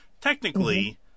technically